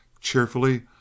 cheerfully